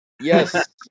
Yes